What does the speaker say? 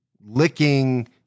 licking